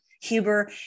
Huber